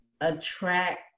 attract